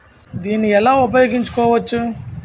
దీన్ని ఎలా ఉపయోగించు కోవచ్చు?